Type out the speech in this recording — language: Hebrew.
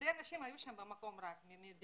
מה קורה להם ב-21